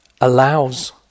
allows